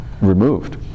removed